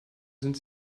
sind